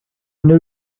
knew